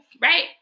Right